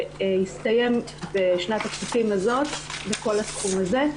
והסתיים בשנת הכספים הזאת בכל הסכום הזה.